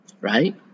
right